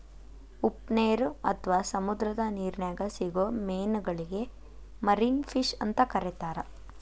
ಉಪ್ಪನೇರು ಅತ್ವಾ ಸಮುದ್ರದ ನಿರ್ನ್ಯಾಗ್ ಸಿಗೋ ಮೇನಗಳಿಗೆ ಮರಿನ್ ಫಿಶ್ ಅಂತ ಕರೇತಾರ